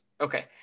Okay